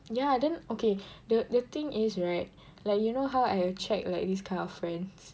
ya then okay the the thing is right like you know how I attract like this kind of friends